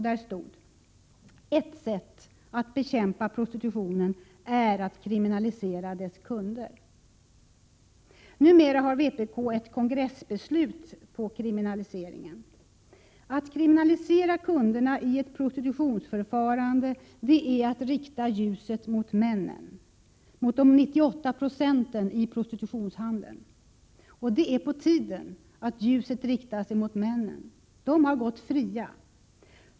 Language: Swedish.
Där stod: Ett sätt att bekämpa prostitutionen är att kriminalisera dess kunder. Numera har vpk ett kongressbeslut på att kriminalisering bör genomföras. Att kriminalisera kunderna i ett prostitutionsförfarande är att rikta ljuset mot männen, dvs. 98 96 av dem som finns i prostitutionshandeln. Det är på tiden att ljuset riktas mot dem. De har gått fria.